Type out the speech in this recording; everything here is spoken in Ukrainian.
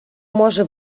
може